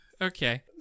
Okay